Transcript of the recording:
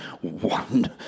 one